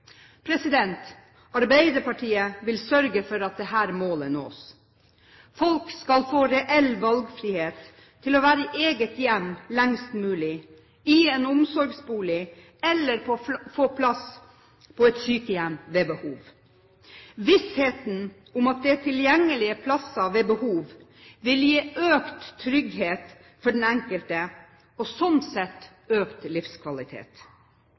Arbeiderpartiet vil sørge for at dette målet nås. Folk skal få reell valgfrihet til å være i eget hjem lengst mulig, i en omsorgsbolig eller få plass på et sykehjem ved behov. Vissheten om at det er tilgjengelige plasser ved behov, vil gi økt trygghet for den enkelte og slik sett økt livskvalitet.